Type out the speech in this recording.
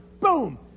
Boom